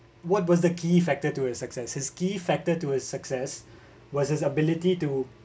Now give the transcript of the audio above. what was the key factor to a success as key factor to his success was his ability to